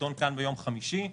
נדון כאן ביום חמישי,